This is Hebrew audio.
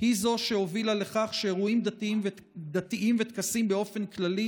היא שהובילה לכך שאירועים דתיים וטקסים באופן כללי